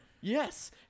Yes